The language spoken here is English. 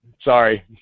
Sorry